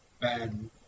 bad